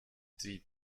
die